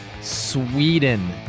Sweden